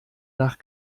nach